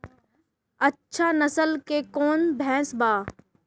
अच्छा नस्ल के कौन भैंस बा?